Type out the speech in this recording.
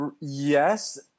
Yes